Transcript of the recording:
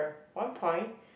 one point